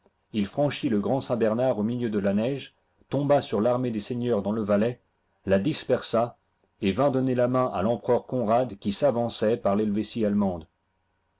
il franchit le grand saintbernard au milieu de la neige tomba sur l'armée des seigneurs dans le valais la dispersa et vint donner la main à l'empereur conrad qui s'avançait par l'helvétie allemande